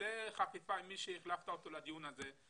תעשה חפיפה עם מי שהחלפת אותו לדיון הזה,